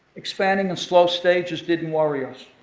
expanding in slow stages didn't worry us.